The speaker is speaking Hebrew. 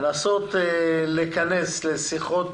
לנסות להיכנס לשיחות,